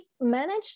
manage